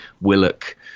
Willock